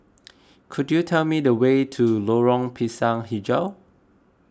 could you tell me the way to Lorong Pisang HiJau